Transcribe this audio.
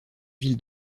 villes